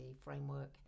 framework